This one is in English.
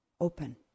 open